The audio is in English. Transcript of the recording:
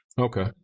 okay